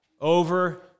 over